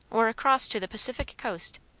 or across to the pacific coast.